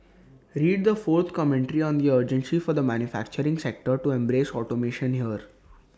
read the fourth commentary on the urgency for the manufacturing sector to embrace automation here